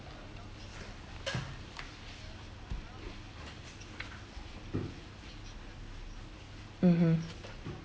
mmhmm